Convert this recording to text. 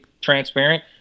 transparent